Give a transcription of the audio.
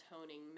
toning